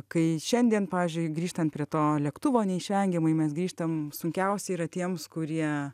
kai šiandien pavyzdžiui grįžtant prie to lėktuvo neišvengiamai mes grįžtam sunkiausia yra tiems kurie